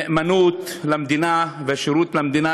נאמנות למדינה והשירות למדינה,